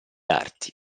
arti